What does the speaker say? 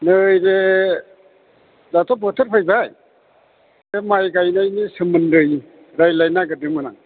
नै बे दाथ' बोथोर फैबाय बे माइ गायनायनि सोमोन्दै रायज्लायनो नागिरदोंमोन आं